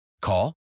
Call